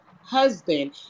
husband